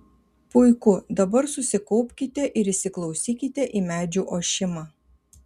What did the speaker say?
puiku dabar susikaupkite ir įsiklausykite į medžių ošimą